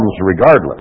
regardless